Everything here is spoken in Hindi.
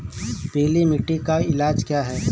पीली मिट्टी का इलाज क्या है?